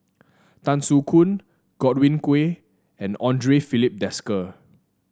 Tan Soo Khoon Godwin Koay and Andre Filipe Desker